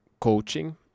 coaching